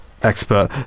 expert